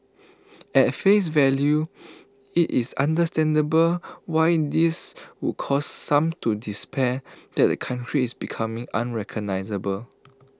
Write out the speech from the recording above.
at face value IT is understandable why this would cause some to despair that the country is becoming unrecognisable